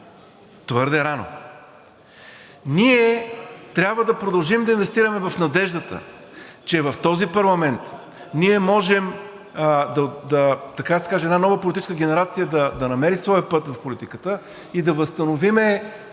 твърде рано. Ние трябва да продължим да инвестираме в надеждата, че в този парламент ние можем, така да се каже, една нова политическа генерация да намери своя път в политиката и да възстановим